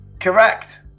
Correct